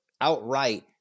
outright